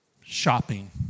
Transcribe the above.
shopping